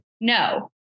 no